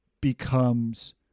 becomes